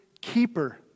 keeper